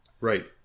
Right